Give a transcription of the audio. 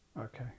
Okay